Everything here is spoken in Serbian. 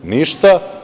Ništa.